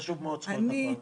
חשוב מאוד זכויות הפרט.